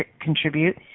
contribute